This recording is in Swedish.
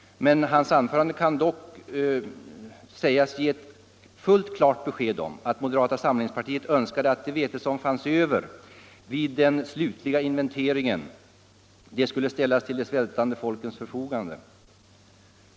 Men hans anförande gav dock ett fullt klart besked om att moderata samlingspartiet önskade att det vete som finns över vid den slutliga inventeringen skulle ställas till de svältande folkens förfogande.